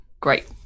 Great